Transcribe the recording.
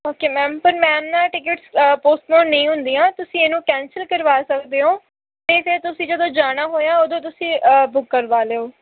okay ma'am ਪਰ ma'am ਨਾ tickets postpone ਨਹੀਂ ਹੁੰਦੀਆਂ ਤੁਸੀਂ ਇਹਨੂੰ ਕੈਂਸਲ ਕਰਵਾ ਸਕਦੇ ਹੋ ਅਤੇ ਫਿਰ ਤੁਸੀਂ ਜਦੋਂ ਜਾਣਾ ਹੋਇਆ ਉਦੋਂ ਤੁਸੀਂ ਬੁੱਕ ਕਰਵਾ ਲਿਓ